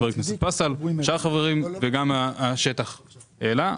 חבר הכנסת פסל ושאר החברים וגם השטח העלה.